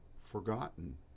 forgotten